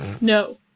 No